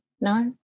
no